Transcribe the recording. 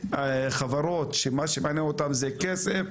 חברות שמה שמעניין אותן זה כסף,